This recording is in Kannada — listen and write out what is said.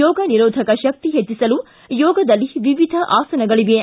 ರೋಗ ನಿರೋಧಕ ಶಕ್ತಿ ಹೆಚ್ಚಿಸಲು ಯೋಗದಲ್ಲಿ ವಿವಿಧ ಆಸನಗಳಿವೆ